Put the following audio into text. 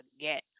get